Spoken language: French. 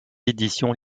éditions